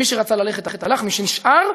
מי שרצה ללכת, הלך, מי שנשאר,